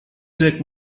take